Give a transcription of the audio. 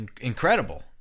incredible